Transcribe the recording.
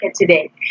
today